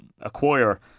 acquire